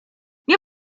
nie